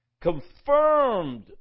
confirmed